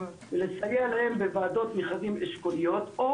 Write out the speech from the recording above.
לסייע להם בוועדות מכרזים אשכוליות או